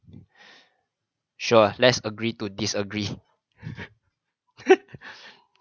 sure let's agree to disagree